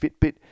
Fitbit